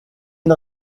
une